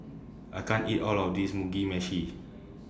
I can't eat All of This Mugi Meshi